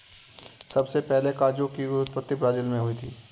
सबसे पहले काजू की उत्पत्ति ब्राज़ील मैं हुई थी